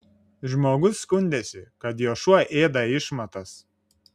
žmogus skundėsi kad jo šuo ėda išmatas